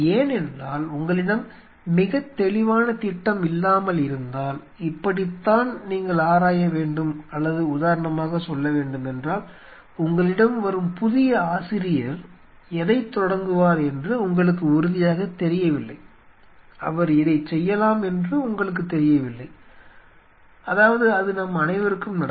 ஏனென்றால் உங்களிடம் மிகத் தெளிவான திட்டம் இல்லாமல் இருந்தால் இப்படித்தான் நீங்கள் ஆராய வேண்டும் அல்லது உதாரணமாகச் சொல்ல வேண்டுமென்றால் உங்களிடம் வரும் புதிய ஆசிரியர் எதைத் தொடங்குவார் என்று உங்களுக்கு உறுதியாகத் தெரியவில்லை அவர் இதைச் செய்யலாம் என்று உங்களுக்குத் தெரியவில்லை அதாவது அது நம் அனைவருக்கும் நடக்கும்